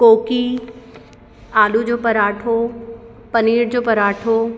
कोकी आलू जो पराठो पनीर जो पराठो